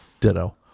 ditto